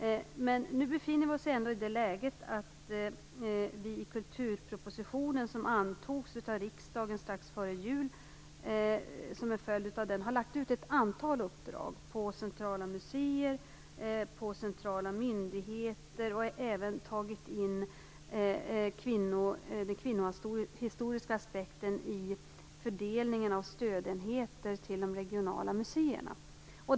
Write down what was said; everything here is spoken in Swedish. Nu befinner vi oss i det läget att vi som en följd av den kulturproposition som antogs av riksdagen strax före jul lagt ut ett antal uppdrag på centrala museer och centrala myndigheter. Vi har även tagit med den kvinnohistoriska aspekten när det gäller fördelningen av stödenheter till de regionala museerna.